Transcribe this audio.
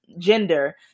gender